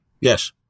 yes